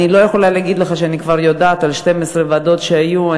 אני לא יכולה להגיד לך שאני כבר יודעת על 12 ועדות שהיו.